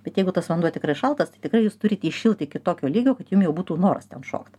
bet jeigu tas vanduo tikrai šaltas tai tikrai jūs turite įšilti iki tokio lygio kad jum jau būtų noras ten šokt